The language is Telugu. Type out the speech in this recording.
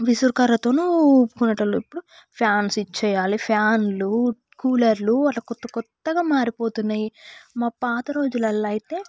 విసన కర్రతో ఊపుకునే వాళ్ళు ఇప్పుడు ఫ్యాన్ స్విచ్ వేయాలి ఫ్యాన్లు కూలర్లు అట్లా కొత్త కొత్తగా మారిపోతున్నాయి మా పాత రోజులలో అయితే